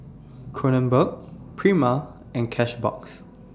Kronenbourg Prima and Cashbox